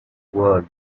world